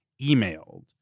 emailed